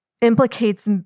implicates